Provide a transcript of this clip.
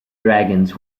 dragons